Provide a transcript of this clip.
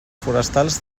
forestals